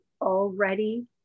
already